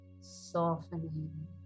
softening